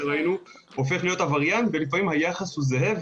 הופכים להיות עבריינים ולפעמים היחס הוא זהה,